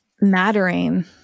mattering